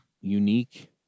unique